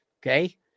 okay